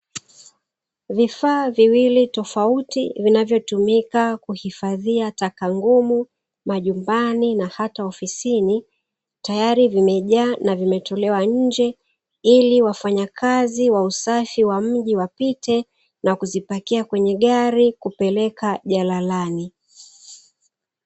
Vifaa viwili tofauti vinavyotumika kuhifadhia taka ngumu majumbani na hata ofisini, tayari vimejaa na vimetolewa nje, ili wafanyakazi wa usafi wa mji wapite na kuzipakia kwenye gari, kupeleka jalalani.